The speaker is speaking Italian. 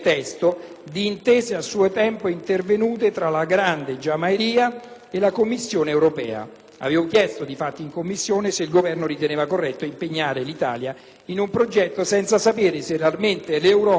Intese a suo tempo intervenute tra la Grande Giamahiria e la Commissione Europea». Avevo chiesto in Commissione se il Governo ritenesse corretto impegnare l'Italia in un progetto senza sapere se realmente l'Europa